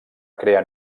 crear